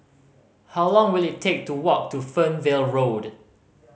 how long will it take to walk to Fernvale Road